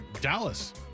Dallas